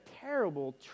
terrible